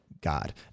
God